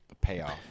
Payoff